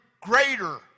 greater